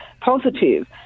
positive